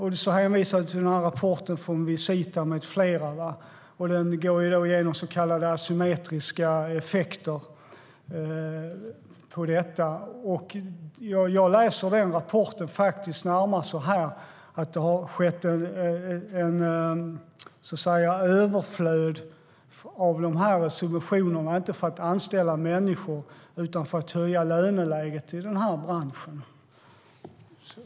Här hänvisas till rapporten från Visita med flera. Den går igenom så kallade asymmetriska effekter på detta. Jag läser den rapporten närmast som att det har varit ett överflöd av subventioner, inte för att anställa människor utan för att höja löneläget i branschen.